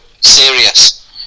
serious